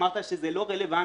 אמרת שזה לא רלוונטי,